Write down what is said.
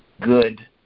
good